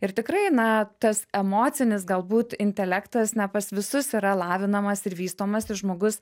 ir tikrai na tas emocinis galbūt intelektas ne pas visus yra lavinamas ir vystomas ir žmogus